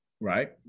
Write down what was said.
right